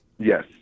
Yes